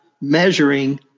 measuring